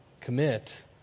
commit